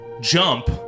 jump